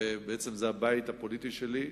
ובעצם זה הבית הפוליטי שלי,